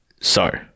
So-